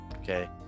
Okay